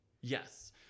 Yes